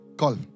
call